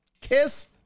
Kiss